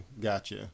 gotcha